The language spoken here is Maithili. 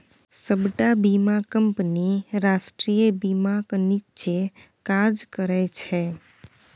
सबटा बीमा कंपनी राष्ट्रीय बीमाक नीच्चेँ काज करय छै